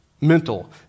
mental